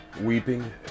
Weeping